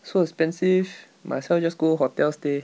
so expensive might as well just go hotel stay